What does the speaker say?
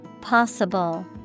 possible